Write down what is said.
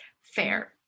fair